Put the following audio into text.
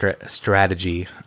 strategy